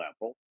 level